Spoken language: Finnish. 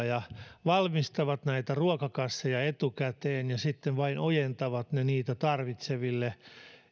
ja valmistavat näitä ruokakasseja etukäteen ja sitten vain ojentavat ne niitä tarvitseville